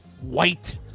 white